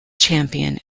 champion